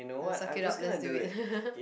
the suck it up let's do it